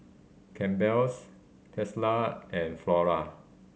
Campbell's Tesla and Flora